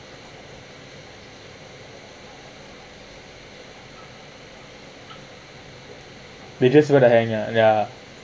they just going to hang out ya